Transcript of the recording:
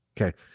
okay